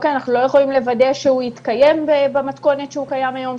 אנחנו לא יכולים לוודא שהוא יתקיים במתכונת שהוא קיים היום,